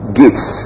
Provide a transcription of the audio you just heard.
gates